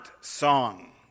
song